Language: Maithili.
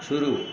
शुरू